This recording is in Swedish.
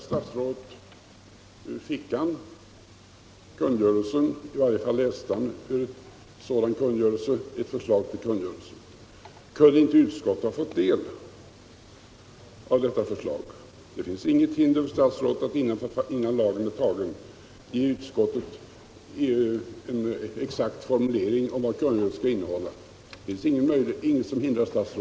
Herr talman! Nu läste herr statsrådet ur ett förslag till kungörelse. Kunde inte utskottet ha fått del av detta förslag? Det finns ingenting som hindrar statsrådet att, innan lagen är behandlad i utskottet, ge utskottet en exakt formulering av kungörelsens innehåll.